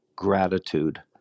gratitude